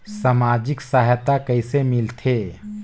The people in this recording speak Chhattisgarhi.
समाजिक सहायता कइसे मिलथे?